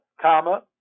comma